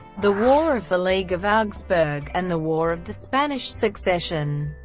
the war of the league of augsburg, and the war of the spanish succession.